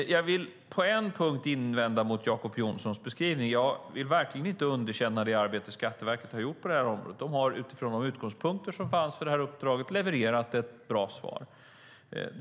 Jag vill på en punkt invända mot Jacob Johnsons beskrivning. Jag vill verkligen inte underkänna det arbete Skatteverket har gjort på området; de har utifrån de utgångspunkter som fanns för uppdraget levererat ett bra svar.